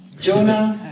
Jonah